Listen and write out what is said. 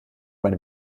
meine